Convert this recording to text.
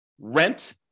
rent